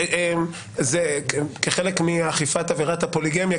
כחלק מאכיפת עבירת הפוליגמיה,